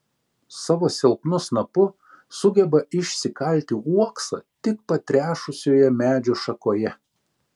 savo silpnu snapu sugeba išsikalti uoksą tik patrešusioje medžio šakoje